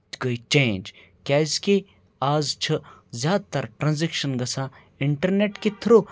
گٔے چینج کیازِکہِ آز چھِ زیادٕ تَر ٹرانزیکشَن گژھان اِنٹَرنیٚٹ کہِ تھرٛوٗ